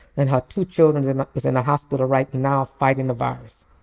and her two children is in the hospital right now, fighting the virus.